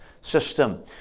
system